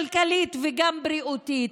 כלכלית וגם בריאותית.